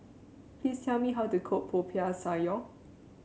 please tell me how to cook Popiah Sayur